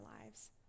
lives